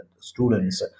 students